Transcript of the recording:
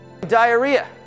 Diarrhea